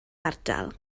ardal